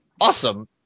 awesome